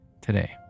today